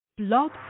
Blog